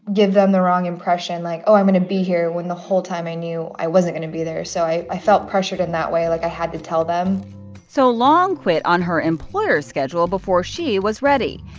give them the wrong impression, like, oh, i'm going to be here when the whole time i knew i wasn't going to be there. so i i felt pressured in that way, like i had to tell them so long quit on her employer's schedule before she was ready.